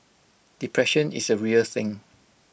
depression is A real thing